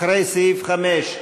אחרי סעיף 5: